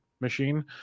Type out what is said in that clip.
machine